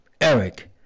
Eric